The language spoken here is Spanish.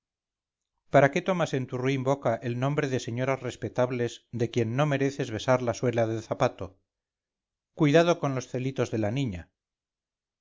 para qué tomas en tu ruin boca el nombre de señoras respetables de quien no mereces besar la suela del zapato cuidado con los celitos de la niña